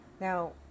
Now